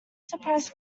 surprise